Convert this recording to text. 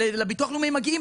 לביטוח הלאומי הם מגיעים,